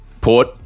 Port